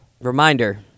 reminder